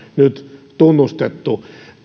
nyt tunnustettu